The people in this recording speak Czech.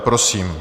Prosím.